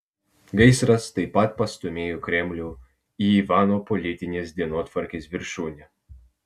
gaisras taip pat pastūmėjo kremlių į ivano politinės dienotvarkės viršūnę